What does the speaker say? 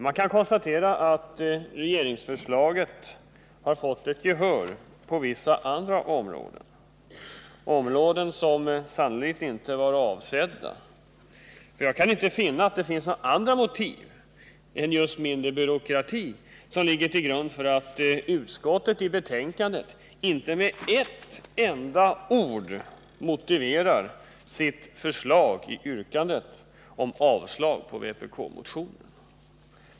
Man kan konstatera att regeringens förslag har vunnit gehör på vissa andra områden, ett gehör som sannolikt inte varit avsett. Jag kan inte finna att det är några andra motiv än just mindre byråkrati som ligger till grund för att utskottet i betänkandet inte med ett enda ord motiverar sitt förslag till yrkande om avslag på vpk-motionen.